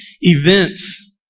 events